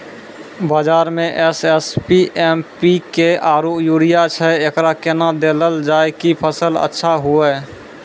बाजार मे SSP, MPK आरु यूरिया छैय, एकरा कैना देलल जाय कि फसल अच्छा हुये?